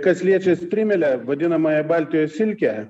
kas liečia strimelę vadinamąją baltijos silkę